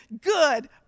good